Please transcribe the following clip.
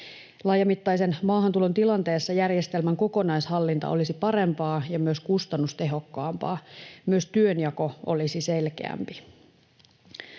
Laajamittaisen maahantulon tilanteessa järjestelmän kokonaishallinta olisi parempaa ja myös kustannustehokkaampaa. Myös työnjako olisi selkeämpi.